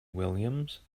williams